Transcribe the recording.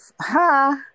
Ha